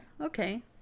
okay